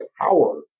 power